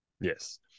Yes